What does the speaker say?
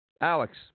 Alex